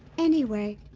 anyway,